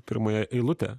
pirmąją eilutę